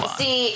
see